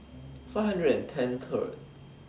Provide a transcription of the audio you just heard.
five hundred and ten Third